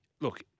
Look